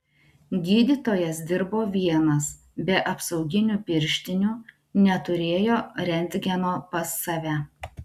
gydytojas dirbo vienas be apsauginių pirštinių neturėjo rentgeno pas save